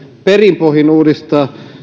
perin pohjin uudistaa